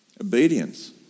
Obedience